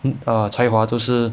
err 才华都是